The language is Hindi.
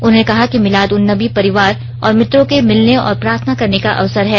उन्होंने कहा कि मिलाद उन नबी परिवार और मित्रों के मिलने और प्रार्थना करने का अवसर है